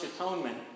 atonement